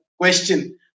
question